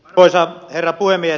arvoisa herra puhemies